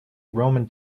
roman